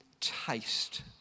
taste